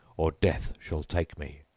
or death shall take me.